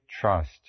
trust